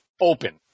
open